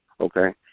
okay